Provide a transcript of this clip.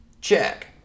check